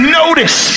notice